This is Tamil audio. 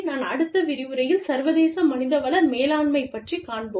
நாம் அடுத்த விரிவுரையில் சர்வதேச மனித வள மேலாண்மை பற்றிக் காண்போம்